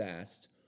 asked